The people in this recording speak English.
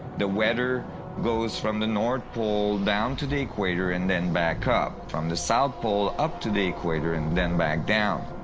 the weather goes from the north pole down to the equator and then back up and the south pole, up to the equator and then back down.